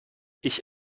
ich